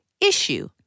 issue